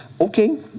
Okay